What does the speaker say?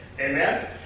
Amen